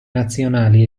nazionali